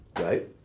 right